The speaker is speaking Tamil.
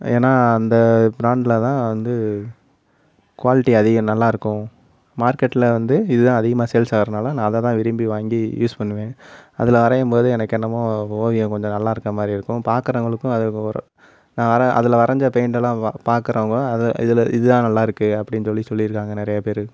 ஏன்னால் அந்த ப்ராண்ட்டில் தான் வந்து குவாலிட்டி அதிகம் நல்லா இருக்கும் மார்க்கெட்டில் வந்து இது தான் அதிகமாக சேல்ஸ் ஆகிறதுனால நான் அதை தான் விரும்பி வாங்கி யூஸ் பண்ணுவேன் அதில் வரையும் போது எனக்கு என்னமோ ஓவியம் கொஞ்சம் நல்லா இருக்கிற மாதிரி இருக்கும் பார்க்கறவங்களுக்கும் அதில் ஒரு நான் வேறு அதில் வரைஞ்சால் பெயிண்ட்டெல்லாம் பா பார்க்கறவங்க அதை இதில் இதுதான் நல்லா இருக்குது அப்படின்னு சொல்லி சொல்லியிருக்காங்க நிறையா பேர்